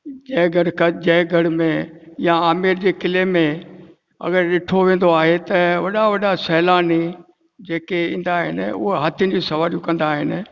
जयगढ़ क जयगढ़ में या आमेर जे किले में अगरि ॾिठो वेंदो आहे त वॾा वॾा सैलानी जेके ईंदा आहिनि उहे हाथियुनि जूं सवारियूं कंदा आहिनि